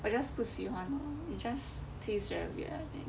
I just 不喜欢 it just taste very weird I think